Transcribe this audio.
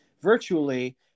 virtually